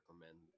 recommend